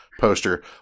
poster